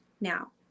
Now